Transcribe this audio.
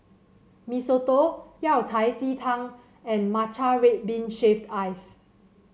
Mee Soto Yao Cai Ji Tang and Matcha Red Bean Shaved Ice